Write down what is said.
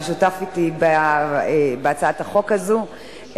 ששותף אתי בהצעת החוק הזאת,